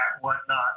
whatnot